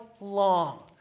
long